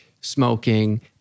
smoking